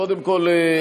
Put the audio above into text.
קודם כול,